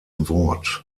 wort